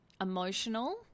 emotional